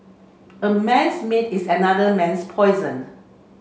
a man's meat is another man's poison